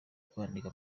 kwandika